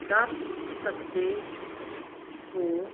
ਦੱਸ ਸਕਦੇ ਹੋ